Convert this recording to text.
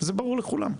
זה ברור לכולם.